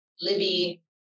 Libby